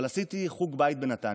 אבל עשיתי חוג בית בנתניה,